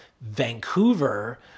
vancouver